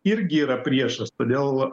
irgi yra priešas todėl